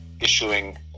issuing